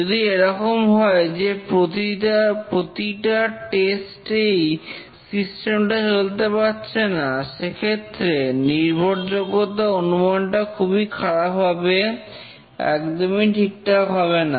যদি এরকম হয় যে প্রতিটা টেস্ট এই সিস্টেম টা চলতে পারছে না সে ক্ষেত্রে নির্ভরযোগ্যতার অনুমানটা খুবই খারাপ হবে একদমই ঠিকঠাক হবে না